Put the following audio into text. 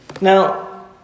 Now